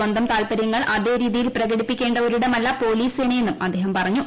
സ്വന്തം താല്പര്യങ്ങൾ അതേരീതിയിൽ പ്രകടിപ്പിക്കേണ്ട ഒരിടമല്ല പോലീസ് സേന എന്നും അദ്ദേഹം പറഞ്ഞു